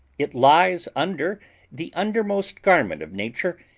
it lies under the undermost garment of nature,